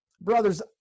Brothers